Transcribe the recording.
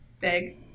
big